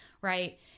Right